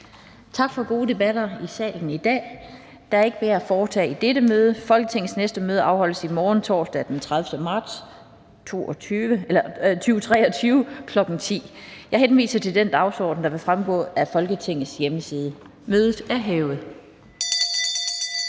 Tak for gode debatter i salen i dag. Folketingets næste møde afholdes i morgen, torsdag den 30. marts 2023, kl. 10.00. Jeg henviser til den dagsorden, der vil fremgå af Folketingets hjemmeside. Mødet er hævet.